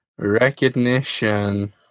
Recognition